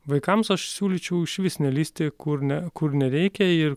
vaikams aš siūlyčiau išvis nelįsti kur ne kur nereikia ir